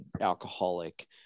alcoholic